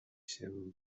się